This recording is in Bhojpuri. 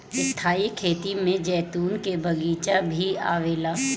स्थाई खेती में जैतून के बगीचा भी आवेला